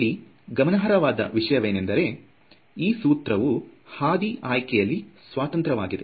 ಇಲ್ಲಿ ಗಮನಾರ್ಹವಾದ ವಿಷಯವೇನೆಂದರೆ ಈ ಸೂತ್ರವು ಹಾದಿ ಆಯ್ಕೆಯಲ್ಲಿ ಸ್ವಾತಂತ್ರವಾಗಿದೆ